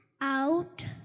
out